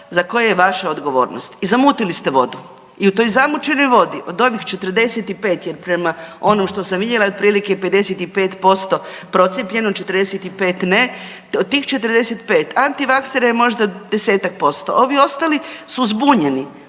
za koje je vaša odgovornost, zamutili ste vodu. I u toj zamućenoj vodi od ovih 45 jer prema onom što sam vidjela je otprilike 55% procijepljeno 45 ne, od tih 45 antivaksera je možda 10-tak posto ovi ostali su zbunjeni